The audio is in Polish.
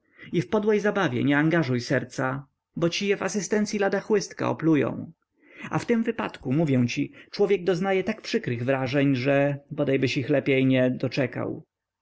i w podłej zabawie nie angażuj serca bo ci je w asystencyi lada chłystka oplują a w tym wypadku mówię ci człowiek doznaje tak przykrych wrażeń że bodaj byś ich lepiej nie doczekał